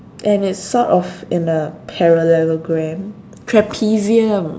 and it's sort of in a parallelogram trapezium